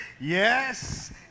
Yes